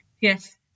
Yes